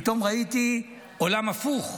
פתאום ראיתי עולם הפוך,